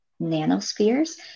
nanospheres